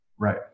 Right